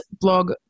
blog